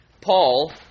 Paul